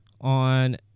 on